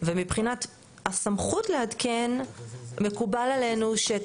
ומבחינת הסמכות לעדכן מקובל עלינו שאת